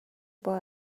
boy